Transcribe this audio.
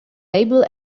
able